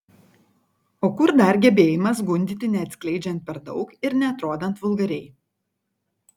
o kur dar gebėjimas gundyti neatskleidžiant per daug ir neatrodant vulgariai